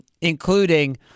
including